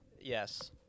Yes